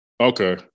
Okay